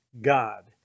God